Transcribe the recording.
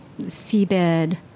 seabed